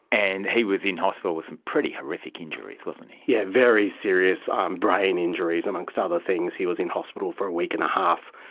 and he was in hospital with some pretty horrific injuries, wasn't he. yes, yeah very serious um brain injuries, amongst other things. he was in hospital for a week and a half.